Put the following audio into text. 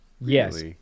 Yes